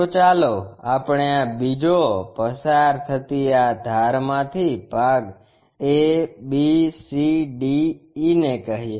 તો ચાલો આપણે આ બીજો પસાર થતી આ ધારમાંથી ભાગ A B C D E ને કહીએ